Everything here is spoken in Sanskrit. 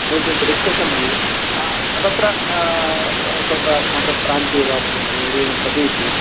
नो चेत् रिक्तसमये तत्र तत्र अस्माकं प्रान्ते वा भवतु एवं प्रदेशे